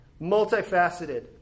multifaceted